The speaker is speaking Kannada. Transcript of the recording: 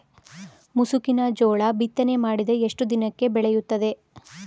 ಮುಸುಕಿನ ಜೋಳ ಬಿತ್ತನೆ ಮಾಡಿದ ಎಷ್ಟು ದಿನಕ್ಕೆ ಬೆಳೆಯುತ್ತದೆ?